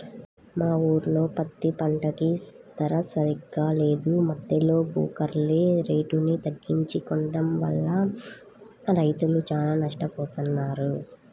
మా ఊర్లో పత్తి పంటకి ధర సరిగ్గా లేదు, మద్దెలో బోకర్లే రేటుని తగ్గించి కొనడం వల్ల రైతులు చానా నట్టపోతన్నారు